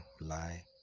lie